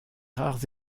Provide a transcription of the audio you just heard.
rares